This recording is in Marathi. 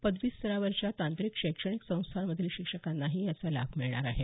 पदवी स्तरावरच्या तांत्रिक शैक्षणिक संस्थांमधील शिक्षकांनाही याचा लाभ मिळणार आहे